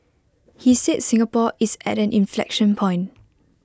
he said Singapore is at an inflection point